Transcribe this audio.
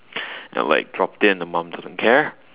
then like dropped it and the mom doesn't care